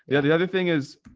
yeah. the other thing is.